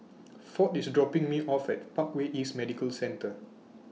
Ford IS dropping Me off At Parkway East Medical Centre